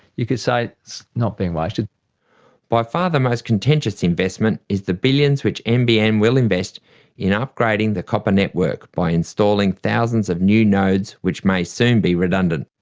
you could say it's not been wasted. by far the most contentious investment is the billions which nbn will invest in upgrading the copper network by installing thousands of new nodes which may soon be redundant.